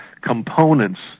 components